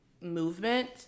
movement